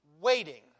waiting